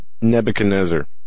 Nebuchadnezzar